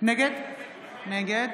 נגד מיכל